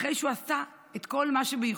אחרי שהוא עשה את כל שביכולתו,